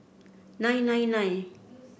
nine nine nine